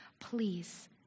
please